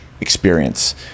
experience